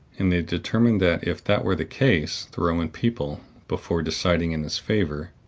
and they determined that, if that were the case, the roman people, before deciding in his favor,